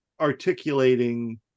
articulating